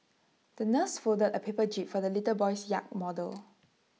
the nurse folded A paper jib for the little boy's yacht model